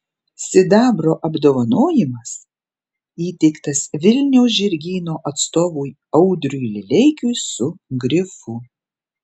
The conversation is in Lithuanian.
sidabro apdovanojimas įteiktas vilniaus žirgyno atstovui audriui lileikiui su grifu